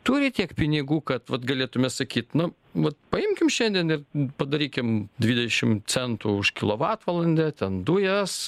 turi tiek pinigų kad vat galėtume sakyt nu vat paimkim šiandien ir padarykim dvidešim centų už kilovatvalandę ten dujas